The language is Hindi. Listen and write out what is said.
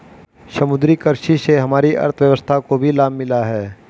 समुद्री कृषि से हमारी अर्थव्यवस्था को भी लाभ मिला है